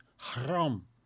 Haram